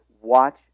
Watch